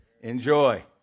enjoy